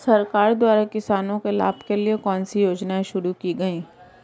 सरकार द्वारा किसानों के लाभ के लिए कौन सी योजनाएँ शुरू की गईं?